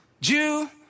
Jew